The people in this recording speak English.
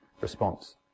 response